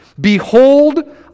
Behold